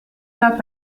pas